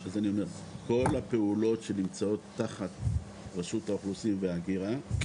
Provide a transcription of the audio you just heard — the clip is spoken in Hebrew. כל הפעולות שנמצאות תחת רשות האוכלוסין וההגירה,